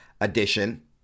edition